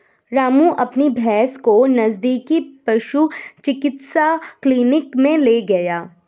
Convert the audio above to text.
रामू अपनी भैंस को नजदीकी पशु चिकित्सा क्लिनिक मे ले गया